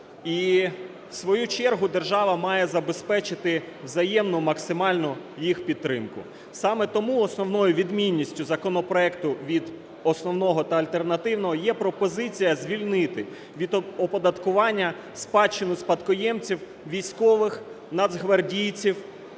і в свою чергу держава має забезпечити взаємну максимальну їх підтримку. Саме тому основною відмінністю законопроекту від основного та альтернативного є пропозиція звільнити від оподаткування спадщину спадкоємців військових, нацгвардійців,